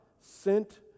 sent